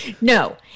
No